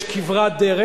יש כברת דרך,